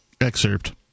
excerpt